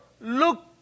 look